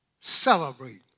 celebrate